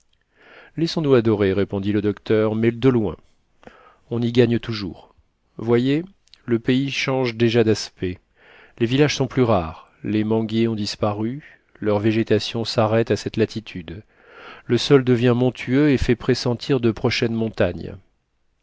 laissons-nous adorer répondit le docteur mais de loin on y gagne toujours voyez le pays change déjà d'aspect les villages sont plus rares les manguiers ont disparu leur végétation s'arrête a cette latitude le sol devient montueux et fait pressentir de prochaines montagnes